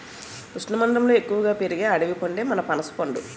ఉష్ణమండలంలో ఎక్కువగా పెరిగే అడవి పండే మన పనసపండు